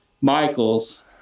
Michaels